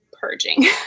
purging